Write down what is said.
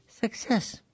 success